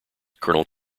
colonel